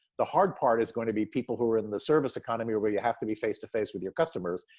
the hard part is going to be people who are in the service economy or where you have to be face to face with your customers,